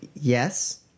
Yes